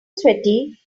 sweaty